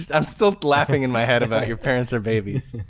i'm still laughing in my head about your parents are babies.